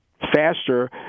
faster